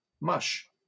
mush